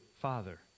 father